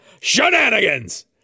shenanigans